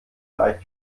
reicht